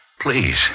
Please